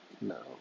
No